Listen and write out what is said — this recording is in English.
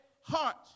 heart